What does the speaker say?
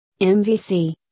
MVC